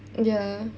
ya